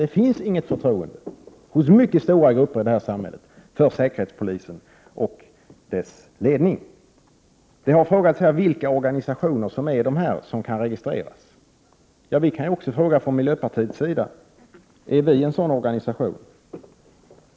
Det är mycket stora grupper i samhället som inte har något förtroende för säkerhetspolisen och dess ledning. Det har frågats vilka organisationer det är som kan registreras. Ja, vi kan också från miljöpartiets sida fråga: Är vi en sådan organisation?